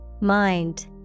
Mind